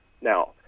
Now